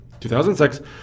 2006